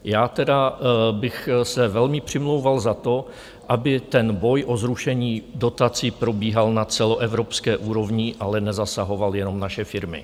Já tedy bych se velmi přimlouval za to, aby ten boj o zrušení dotací probíhal na celoevropské úrovni, ale nezasahoval jenom naše firmy.